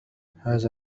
هذا